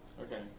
Okay